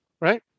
right